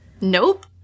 Nope